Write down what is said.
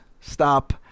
stop